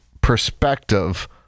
perspective